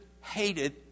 hated